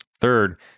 Third